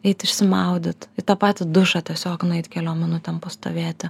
eit išsimaudyti į tą patį dušą tiesiog nueit keliom minutėm pastovėti